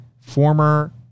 former